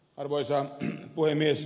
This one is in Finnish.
arvoisa puhemies